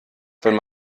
wenn